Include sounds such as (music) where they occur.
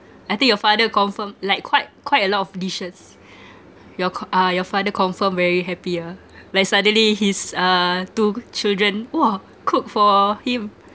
I think your father confirm like quite quite a lot of dishes your co~ uh your father confirm very happy ah (laughs) like suddenly his uh two children !wah! cook for him